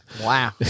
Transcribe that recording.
Wow